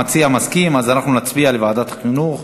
המציע מסכים, אז אנחנו נצביע לוועדת החינוך.